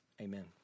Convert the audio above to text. Amen